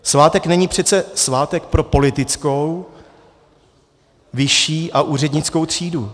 Svátek není přece svátek pro politickou, vyšší a úřednickou třídu.